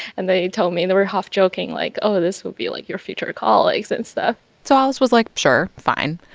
and they told me they were half joking like, oh, this would be, like, your future colleagues and stuff so alice was like, sure, fine.